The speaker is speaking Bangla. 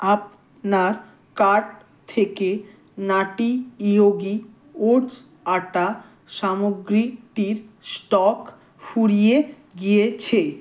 আপনার কার্ট থেকে নাটি য়োগি ওটস আটা সামগ্রীটির স্টক ফুরিয়ে গিয়েছে